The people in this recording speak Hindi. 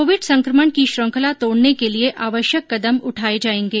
कोविड संक्रमण की श्रंखला तोड़ने के लिए आवश्यक कदम उठाये जायेंगे